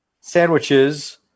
sandwiches